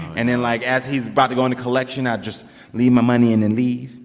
and then, like, as he's about to go into collection, i'd just leave my money in and leave.